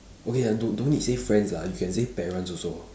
okay then don't don't need say friends lah you can say parents also